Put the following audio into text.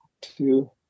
two